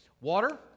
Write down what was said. water